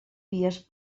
vies